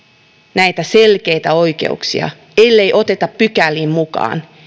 näitä selkeitä oikeuksia ellei niitä oteta pykäliin mukaan